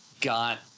got